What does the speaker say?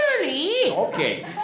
Okay